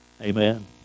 Amen